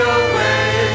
away